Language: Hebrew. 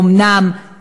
אומנם,